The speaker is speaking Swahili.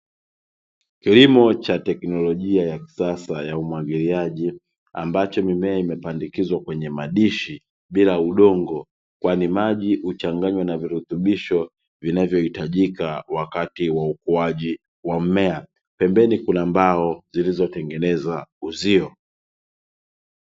Kilimo cha teknolojia ya kisasa ya umwagiliaji, ambacho mimea imepandikizwa kwenye madishi bila udongo, kwani maji huchanganywa na virutubisho vinavyohitajika wakati wa ukuaji wa mmea. Pembeni kuna mbao zilizotengeneza uzio.